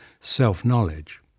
self-knowledge